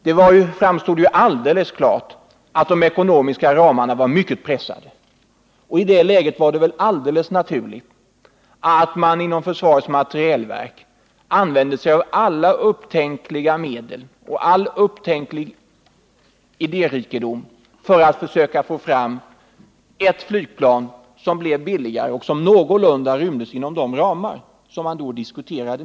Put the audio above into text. Det stod helt klart att de ekonomiska ramarna var mycket pressade. I det läget var det väl alldeles naturligt att man inom försvarets materielverk använde sig av alla upptänkliga medel och all tänkbar idérikedom för att försöka få fram ett flygplan som blev billigare och som någorlunda rymdes inom de ramar man då hade att diskutera.